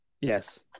Yes